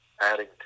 adding